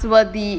trustworthy